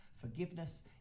Forgiveness